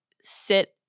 sit